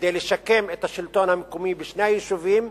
כדי לשקם את השלטון המקומי בשני היישובים.